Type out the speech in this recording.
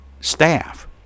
staff